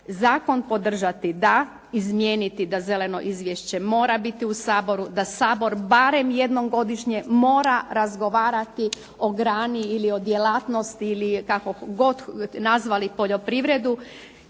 zakon podržati da, izmijeniti da zeleno izvješće mora biti u Saboru, da Sabor barem jednom godišnje mora razgovarati o grani ili o djelatnosti ili kako god nazvali poljoprivredu